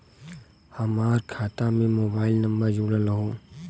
हमार खाता में मोबाइल नम्बर जुड़ल हो?